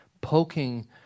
poking